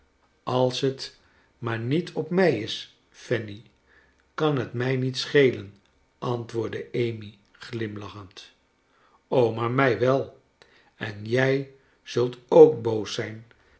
als het maar niet op mij is fanny kan het mij niet schelen antwoordde amy glimlachend maar mij wel en jij zult ook boos zijn